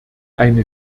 eine